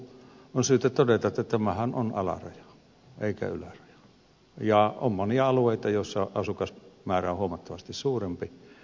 on syytä todeta että tämähän on alaraja eikä yläraja ja on monia alueita joissa asukasmäärä on huomattavasti suurempi